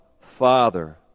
Father